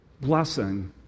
blessing